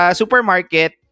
supermarket